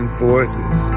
forces